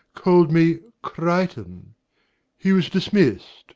called me crichton. he was dismissed